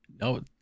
No